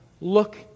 look